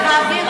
לא.